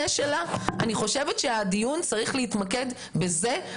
אני חושבת שהדיון צריך להתמקד בשאלות